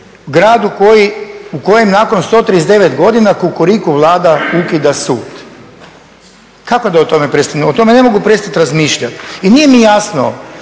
gradu u kojem nakon 139 godina Kukuriku vlada ukida sud? Kako da o tome prestanem, o tome ne mogu prestati razmišljati. I nije mi jasno